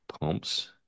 Pumps